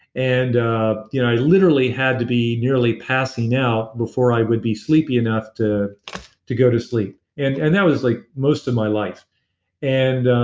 and ah you know i literally had to be nearly passing out before i would be sleepy enough to to go to sleep and and that was like most of my life and